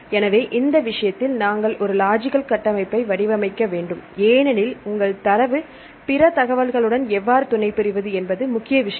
எனவே இந்த விஷயத்தில் நாங்கள் ஒரு லாஜிக்கல் கட்டமைப்பை வடிவமைக்க வேண்டும் ஏனெனில் உங்கள் தரவு பிற தகவல்களுடன் எவ்வாறு துணைபுரிவது என்பது முக்கிய விஷயம்